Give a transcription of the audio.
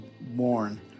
born